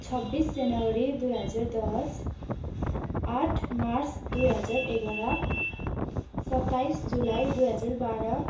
छब्बिस जनवरी दुई हजार दस आठ मार्च दुई हजार एघार सत्ताइस जुलाई दुई हजार बाह्र